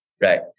right